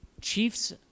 Chiefs